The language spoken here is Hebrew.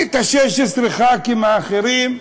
כי 16 הח"כים האחרים,